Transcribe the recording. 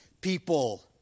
people